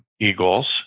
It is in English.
Eagle's